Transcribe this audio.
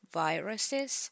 viruses